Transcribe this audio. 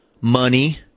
money